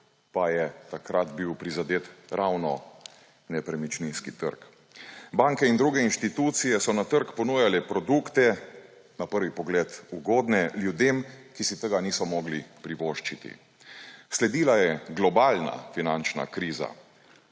pa je takrat bil prizadet ravno nepremičninski trg. Banke in druge institucije so na trg ponujale produkte, na prvi pogled ugodne, ljudem, ki si tega niso mogli privoščiti. Sledila je globalna finančna kriza.